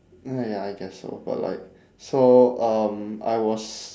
uh ya I guess so but like so um I was